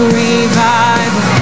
revival